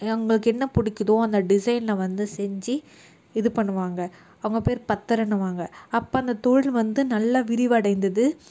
எங்களுக்கு என்ன பிடிக்குதோ அந்த டிசைனில் வந்து செஞ்சு இது பண்ணுவாங்க அவங்க பேர் பத்தர்ன்னுவாங்க அப்போ அந்த தொழில் வந்து நல்ல விரிவடைந்தது